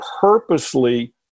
purposely